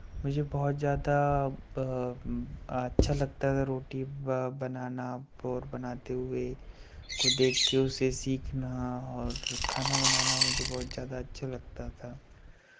मुझे बहुत ज़्यादा अच्छा लगता था रोटी व बनाना पोर बनाते हुए को देख के उसे सीखना और खाना बनाना मुझे बहुत ज़्यादा अच्छा लगता था